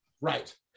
right